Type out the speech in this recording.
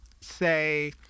say